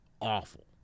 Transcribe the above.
awful